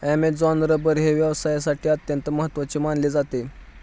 Amazon rubber हे व्यवसायासाठी अत्यंत महत्त्वाचे मानले जाते